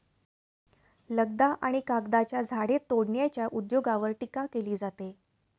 लगदा आणि कागदाच्या झाडे तोडण्याच्या उद्योगावर टीका केली जाते